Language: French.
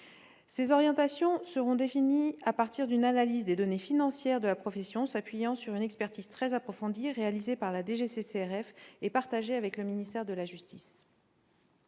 Ces orientations seront définies à partir d'une analyse des données financières de la profession s'appuyant sur une expertise très approfondie réalisée par la DGCCRF, la Direction générale de la